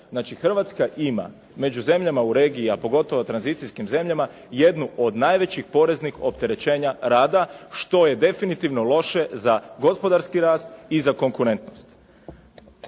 Hrvatska ima, među zemljama u regiji a pogotovo tranzicijskim zemljama jednu od najvećih poreznih opterećenja rada što je definitivno loše za gospodarski rast i za konkurentnost.